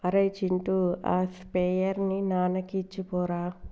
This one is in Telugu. అరేయ్ చింటూ ఆ స్ప్రేయర్ ని నాన్నకి ఇచ్చిరాపో